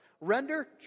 render